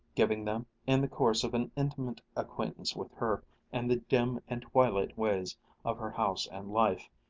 giving them, in the course of an intimate acquaintance with her and the dim and twilight ways of her house and life,